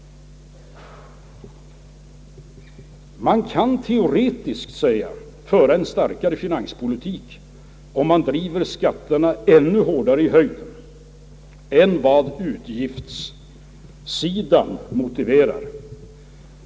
Man kan alltså teoretiskt föra en starkare finanspolitik, om man driver skatterna ännu hårdare i höjden än vad utgiftssidan motiverar.